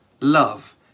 love